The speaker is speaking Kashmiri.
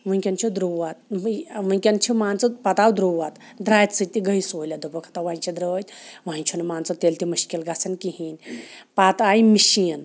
وٕنۍکٮ۪ن چھُ درٛوت وٕنۍکٮ۪ن چھُ مان ژٕ پَتہٕ آو درٛوت درٛاتہِ سۭتۍ تہِ گٔے سہوٗلیت دوٚپُکھ ہَتا وۄنۍ چھِ درٛٲتۍ وۄنۍ چھُنہٕ مان ژٕ تیٚلہِ تہِ مُشکل گژھان کِہیٖنۍ پَتہٕ آے مِشیٖن